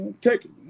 take